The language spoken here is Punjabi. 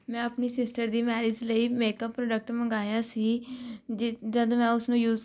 ਮੈਂ ਆਪਣੀ ਸ਼ਿਸਟਰ ਦੀ ਮੈਰਿਜ ਲਈ ਮੇਕਅੱਪ ਪ੍ਰੋਡਕਟ ਮਗਵਾਇਆ ਸੀ ਜੀ ਜਦ ਮੈਂ ਉਸਨੂੰ ਯੂਸ